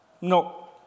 no